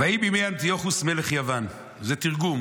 "ויהי בימי אנטיוכוס מלך יוון" זה תרגום